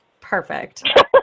Perfect